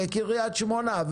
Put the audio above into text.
קריית שמונה,